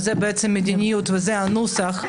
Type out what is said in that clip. וזאת מדיניות וזה הנוסח,